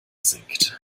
singt